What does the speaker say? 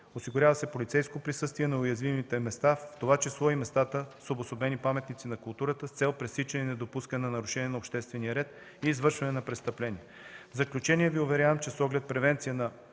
Осигурява се полицейско присъствие на уязвимите места, в това число и местата с обособени паметници на културата с цел пресичане и недопускане на нарушения на обществения ред и извършване на престъпления. В заключение Ви уверявам, че с оглед превенция на